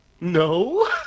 No